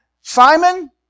Simon